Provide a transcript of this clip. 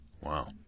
Wow